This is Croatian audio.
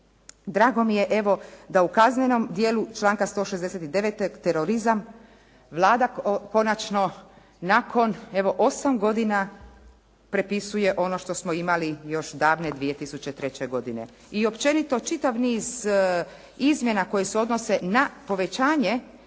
Drago mi je evo da u kaznenom djelu članka 169. terorizam Vlada konačno nakon evo 8 godina prepisuje ono što smo imali još davne 2003. godine. i općenito čitav niz izmjena koje se odnose na povećanje